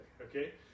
okay